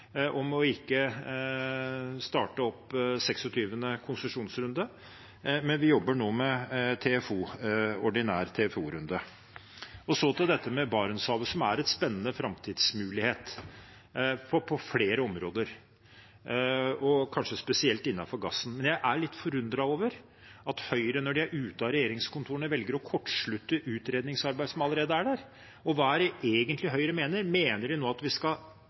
om ikke å starte opp 26. konsesjonsrunde. Vi jobber nå med ordinær TFO-runde. Så til dette med Barentshavet, der det er spennende framtidsmuligheter på flere områder, og kanskje spesielt innenfor gassen. Men jeg er litt forundret over at Høyre, når de er ute av regjeringskontorene, velger å kortslutte utredningsarbeid som allerede er der. Hva er det egentlig Høyre mener? Om de mener at vi allerede nå skal